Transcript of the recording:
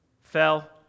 Fell